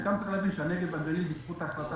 צריך להבין שהנגב והגליל בזכות ההחלטה